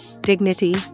dignity